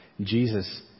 Jesus